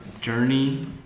journey